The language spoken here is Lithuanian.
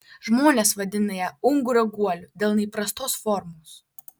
žmonės vadina ją ungurio guoliu dėl neįprastos formos